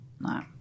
no